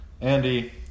andy